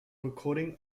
recording